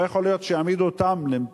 לא יכול להיות שיעמידו אותם לדין,